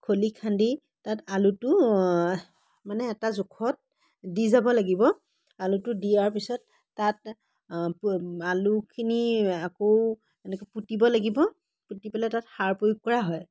খোলি খান্দি তাত আলুটো মানে এটা জোখত দি যাব লাগিব আলুটো দিয়াৰ পিছত তাত আলুখিনি আকৌ এনেকৈ পুতিব লাগিব পুতি পেলাই সাৰ প্ৰয়োগ কৰা হয়